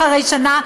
אחרי שנה,